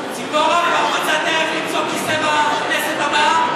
למצוא דרך למצוא כיסא בכנסת הבאה?